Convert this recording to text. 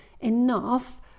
enough